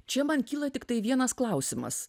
čia man kyla tiktai vienas klausimas